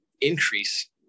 increase